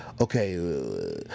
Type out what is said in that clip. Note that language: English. Okay